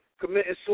committing